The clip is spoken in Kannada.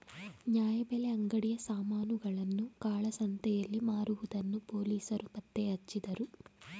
ನ್ಯಾಯಬೆಲೆ ಅಂಗಡಿಯ ಸಾಮಾನುಗಳನ್ನು ಕಾಳಸಂತೆಯಲ್ಲಿ ಮಾರುವುದನ್ನು ಪೊಲೀಸರು ಪತ್ತೆಹಚ್ಚಿದರು